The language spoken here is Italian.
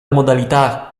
modalità